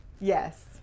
Yes